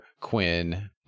Quinn